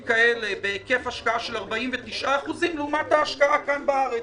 בהיקף השקעה של 49% לעומת ההשקעה כאן בארץ.